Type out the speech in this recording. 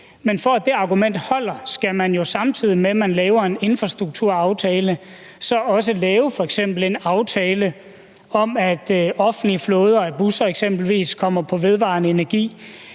Men for at det argument holder, skal man jo, samtidig med at man laver en infrastrukturaftale, så også lave f.eks. en aftale om, at offentlige flåder af busser eksempelvis kommer til at køre på vedvarende energi,